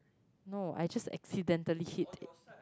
no I just accidentally hit it